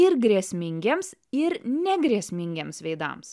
ir grėsmingiems ir negrėsmingiems veidams